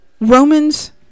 Romans